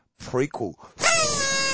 prequel